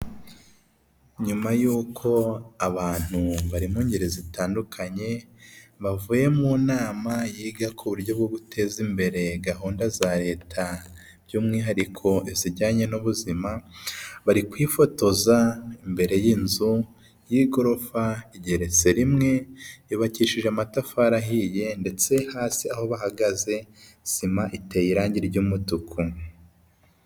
Nyuma yuko abantu bari mu ngeri zitandukanye, bavuye mu nama yiga ku buryo bwo buteza imbere gahunda za leta by'umwihariko izijyanye n'ubuzima, bari kwifotoza imbere y'inzu y'igorofa igeretse rimwe, yubakishije amatafari ahiye ndetse hasi aho bahagaze sima iteye irangi ry'umutuku.